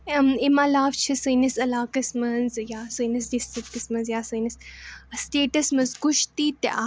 اَم اَمہِ عَلاوٕ چھِ سٲنِس علاقَس منٛز یا سٲنِس ڈِسٹرکَس منٛز یا سٲنِس سٹیٹَس منٛز کُشتی تہِ اَکھ